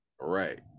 right